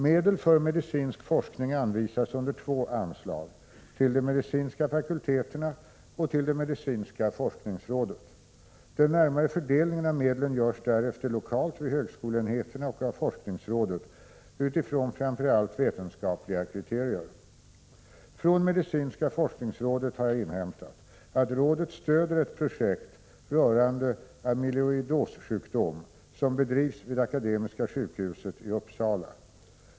Medel för medicinsk forskning anvisas under två anslag, — till de medicinska fakulteterna och till det medicinska forskningsrådet. Den närmare fördelningen av medlen görs därefter lokalt vid högskoleenheterna och av forskningsrådet utifrån framför allt vetenskapliga kriterier. Från medicinska forskningsrådet har jag inhämtat att rådet stöder ett projekt rörande amyloidossjukdom, som bedrivs vid Akademiska sjukhuset i Uppsala.